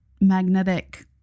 magnetic